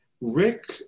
Rick